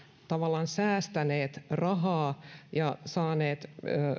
tavallaan säästäneet rahaa ja saaneet